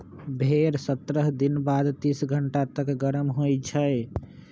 भेड़ सत्रह दिन बाद तीस घंटा तक गरम होइ छइ